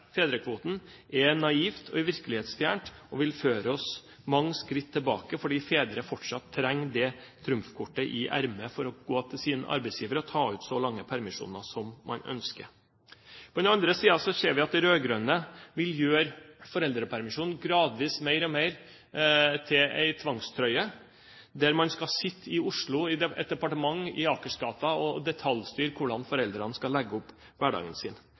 fedrekvoten, er naivt og virkelighetsfjernt og vil føre oss mange skritt tilbake, fordi fedre fortsatt trenger det trumfkortet i ermet for å gå til sin arbeidsgiver og ta ut så lange permisjoner som man ønsker. På den andre siden ser vi at de rød-grønne gradvis vil gjøre foreldrepermisjonen mer og mer til en tvangstrøye der man skal sitte i Oslo, i et departement i Akersgata og detaljstyre hvordan foreldrene skal legge opp hverdagen sin.